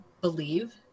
believe